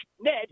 Ned